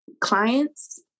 clients